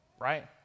Right